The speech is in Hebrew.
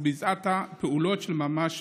וביצעת פעולות של ממש,